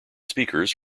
speakers